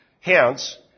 Hence